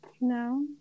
No